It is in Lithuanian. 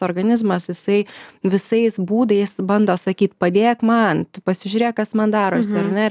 organizmas jisai visais būdais bando sakyt padėk man tu pasižiūrėk kas man darosi ar ne ir